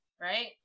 Right